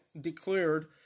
declared